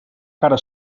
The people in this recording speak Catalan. cara